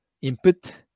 input